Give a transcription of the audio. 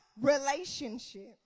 Relationship